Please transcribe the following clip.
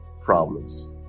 problems